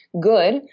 good